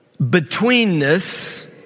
betweenness